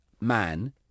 man